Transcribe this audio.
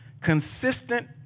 consistent